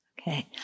Okay